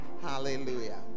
Hallelujah